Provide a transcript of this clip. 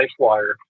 LifeWire